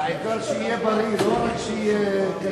העיקר שיהיה בריא, לא רק שיהיה כשר.